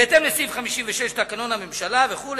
בהתאם לסעיף 56 בתקנון הממשלה, וכו',